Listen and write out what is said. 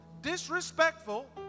disrespectful